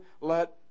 let